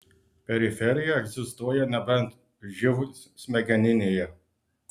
periferija egzistuoja nebent živ smegeninėje